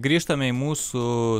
grįžtame į mūsų